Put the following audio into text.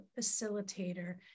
facilitator